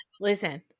Listen